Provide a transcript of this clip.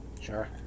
Sure